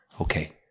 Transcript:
okay